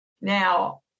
Now